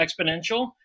Exponential